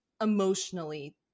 emotionally